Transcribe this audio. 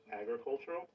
agricultural